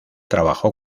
trabajó